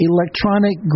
Electronic